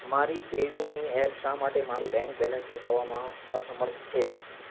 મારી પેયુમની એપ શા માટે મારું બેંક બેલેન્સ બતાવવામાં અસમર્થ છે